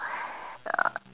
uh